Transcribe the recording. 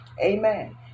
Amen